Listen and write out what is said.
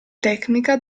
tecnica